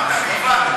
אמרת "בלבד".